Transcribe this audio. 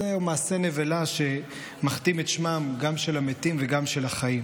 זה מעשה נבלה שמכתים גם את שמם של המתים וגם של החיים.